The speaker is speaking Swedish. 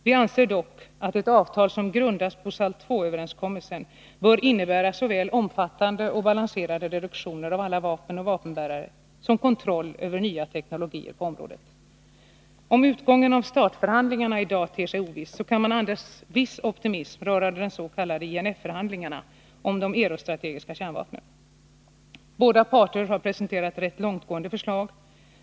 Vi anser dock att ett avtal, som grundas på SALT 2-överenskommelsen, bör innebära såväl omfattande och balanserade reduktioner av alla vapen och vapenbärare som kontroll över nya teknologier på området. Om utgången av START-förhandlingarna i dag ter sig oviss, kan man andas viss optimism rörande de s.k. INF-förhandlingarna om de eurostrategiska kärnvapnen. Båda parter har presenterat rätt långtgående förslag.